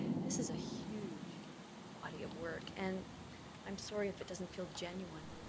this is a huge body of work. and i'm sorry if it doesn't feel genuine.